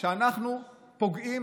שאנחנו פוגעים,